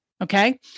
Okay